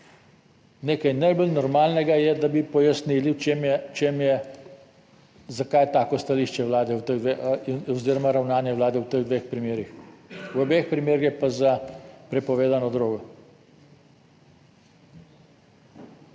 Nekaj najbolj normalnega je, da bi pojasnili, v čem je zakaj tako stališče Vlade oziroma ravnanje Vlade v teh dveh primerih, v obeh primerih gre pa za prepovedano drogo.